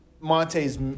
Monte's